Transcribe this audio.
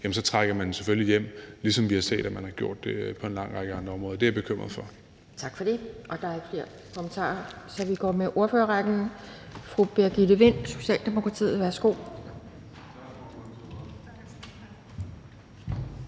så trækker man den selvfølgelig hjem, ligesom vi har set at man har gjort det på en lang række andre områder. Det er jeg bekymret for. Kl. 12:15 Anden næstformand (Pia Kjærsgaard): Tak for det. Der er ikke flere kommentarer, så vi går i gang med ordførerrækken. Fru Birgitte Vind, Socialdemokratiet. Værsgo.